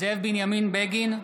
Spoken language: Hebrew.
זאב בנימין בגין,